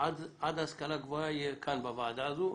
עד ההשכלה הגבוהה יהיה כאן בוועדה הזו.